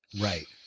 Right